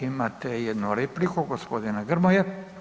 Imate jednu repliku g. Grmoje.